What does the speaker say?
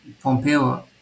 pompeo